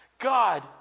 God